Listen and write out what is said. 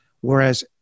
whereas